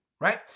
right